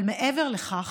אבל מעבר לכך,